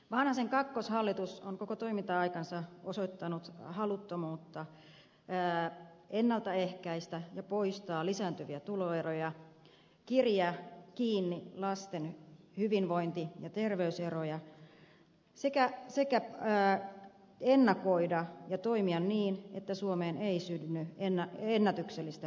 vanhasen kakkoshallitus on koko toiminta aikansa osoittanut haluttomuutta ennalta ehkäistä ja poistaa lisääntyviä tuloeroja kiriä kiinni lasten hyvinvointi ja ter veyseroja sekä ennakoida ja toimia niin että suomeen ei synny ennätyksellistä nuoriso ja pitkäaikaistyöttömyyttä